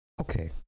Okay